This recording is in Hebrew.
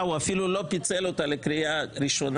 הוא אפילו לא פיצל אותה לקריאה ראשונה,